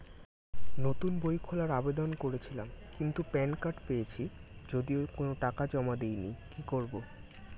নতুন বই খোলার আবেদন করেছিলাম কিন্তু প্যান কার্ড পেয়েছি যদিও কোনো টাকা জমা দিইনি কি করব?